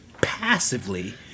passively